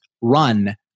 run